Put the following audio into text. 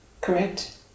Correct